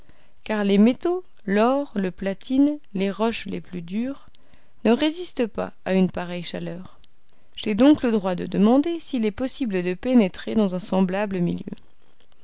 car les métaux l'or le platine les roches les plus dures ne résistent pas à une pareille chaleur j'ai donc le droit de demander s'il est possible de pénétrer dans un semblable milieu